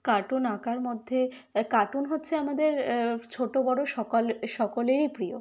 cartoon আঁকার মধ্যে cartoon হচ্ছে আমাদের ছোটো বড় সকাল সকলেরই প্রিয়